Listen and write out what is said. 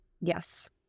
Yes